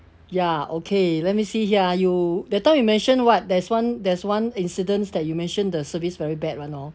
ya okay let me see here ah you the time you mention what there's one there's one incident that you mention the service very bad [one] lor